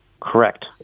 Correct